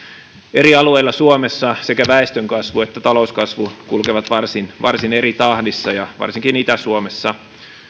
eri alueilla suomessa sekä väestönkasvu että talouskasvu kulkevat varsin varsin eri tahdissa ja varsinkin itä suomessa